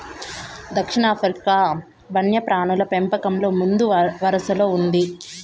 దక్షిణాఫ్రికా వన్యప్రాణుల పెంపకంలో ముందువరసలో ఉంది